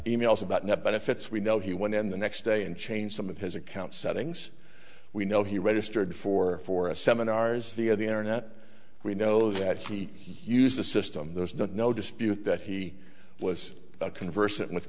emails about not benefits we know he went in the next day and changed some of his account settings we know he registered for for a seminars via the internet we know that he used the system those don't know dispute that he was conversant with